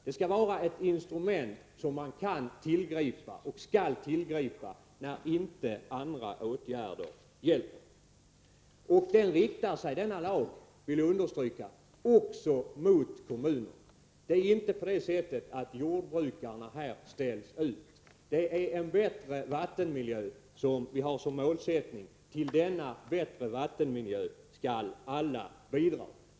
Den skall vara ett instrument som man kan och skall tillgripa när inte andra åtgärder hjälper. Jag vill understryka att denna lag också riktar sig mot kommunerna. Jordbrukarna sätts inte i någon särställning. Det är en bättre vattenmiljö vi har som målsättning. Till detta skall alla bidra.